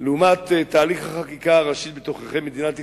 לעומת תהליך החקיקה הראשי בתוככי מדינת ישראל,